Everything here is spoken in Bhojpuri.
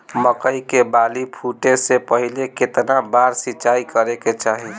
मकई के बाली फूटे से पहिले केतना बार सिंचाई करे के चाही?